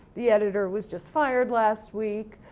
the editor was just fired last week.